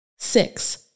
Six